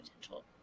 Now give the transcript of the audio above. potential